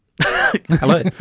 Hello